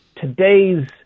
today's